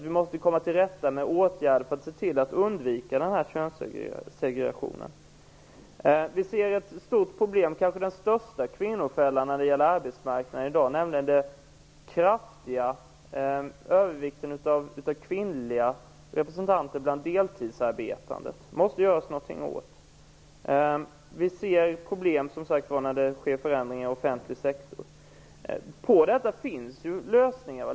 Vi måste finna åtgärder för att komma till rätta med denna könssegregation. Den kanske största kvinnofällan när det gäller arbetsmarknaden i dag är den kraftiga övervikten av kvinnliga representanter bland deltidsarbetande. Det måste det göras något åt. Vi ser som sagt var problem när det sker förändringar i offentlig sektor. På detta finns lösningar.